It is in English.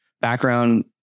background